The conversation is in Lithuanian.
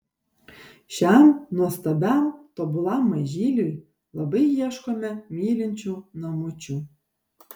šiam nuostabiam tobulam mažyliui labai ieškome mylinčių namučių